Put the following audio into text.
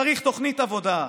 צריך תוכנית עבודה.